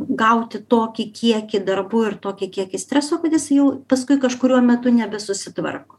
gauti tokį kiekį darbų ir tokį kiekį streso kad jisai jau paskui kažkuriuo metu nebesusitvarko